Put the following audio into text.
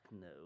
no